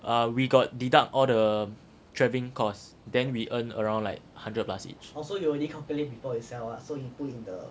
uh we got deduct all the travelling cost then we earn around like hundred plus each